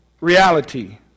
reality